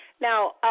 Now